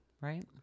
Right